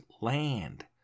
land